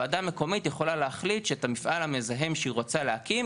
ועדה מקומית יכולה להחליט שאת המפעל המזהם שהיא רוצה להקים,